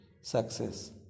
success